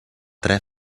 tre